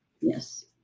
Yes